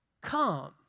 come